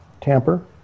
tamper